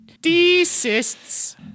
Desists